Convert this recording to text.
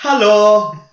Hello